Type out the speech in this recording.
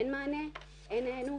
אין מענה, אין היענות,